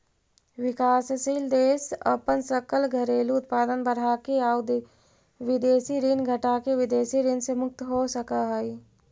विकासशील देश अपन सकल घरेलू उत्पाद बढ़ाके आउ विदेशी ऋण घटाके विदेशी ऋण से मुक्त हो सकऽ हइ